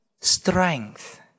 strength